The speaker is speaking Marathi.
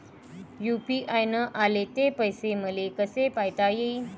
यू.पी.आय न आले ते पैसे मले कसे पायता येईन?